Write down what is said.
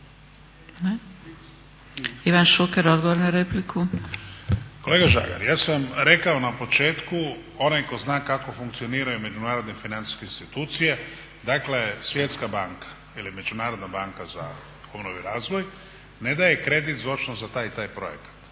**Šuker, Ivan (HDZ)** Kolega Žagar, ja sam rekao na početku onaj tko zna kako funkcioniraju međunarodne financijske institucije, dakle Svjetska banka ili Međunarodna banka za obnovu i razvoj ne daje kredit … za taj i taj projekat.